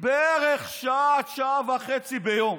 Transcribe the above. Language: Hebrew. בערך שעה עד שעה וחצי ביום,